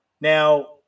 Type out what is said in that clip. Now